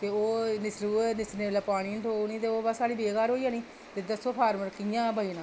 ते ओह् निस्सरनी निं जेल्लै पानी निं थ्होग ओह् फसल जेह्की बेकार होई जानी ते दस्सो फॉर्मर कि'यां बचना